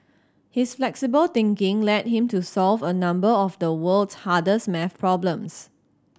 his flexible thinking led him to solve a number of the world's hardest maths problems